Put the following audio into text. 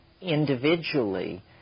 individually